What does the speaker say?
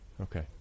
Okay